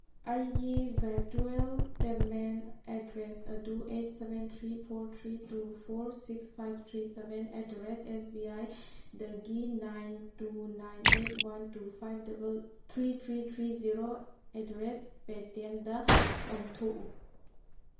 ꯑꯩꯒꯤ virtual payment address ꯑꯗꯨ eight seven three four three two four six five three seven at the rate ꯑꯦꯁꯕꯤꯑꯥꯏꯗꯒꯤ nine two nine eight one two five double three three three zero at the rate ꯄꯦꯇꯤꯑꯦꯝꯗ ꯑꯣꯟꯊꯣꯛꯎ